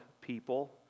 people